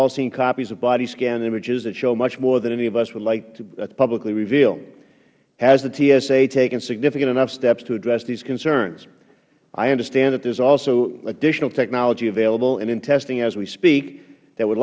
all seen copies of body scan images that show much more than any of us would like to publicly reveal has the tsa taken significant enough steps to address these concerns i understand that there is also additional technology available and in testing as we speak that would